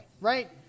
right